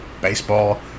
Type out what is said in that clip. Baseball